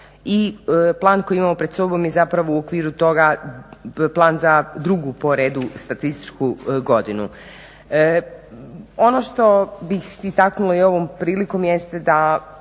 i plan koji imamo pred sobom je zapravo u okviru toga plan za drugu po redu statističku godinu. Ono što bih istaknula i ovom prilikom jeste da